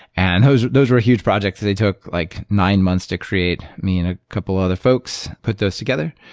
and those those were huge projects. they took like nine months to create. me and a couple other folks put those together.